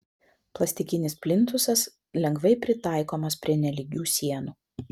plastikinis plintusas lengvai pritaikomas prie nelygių sienų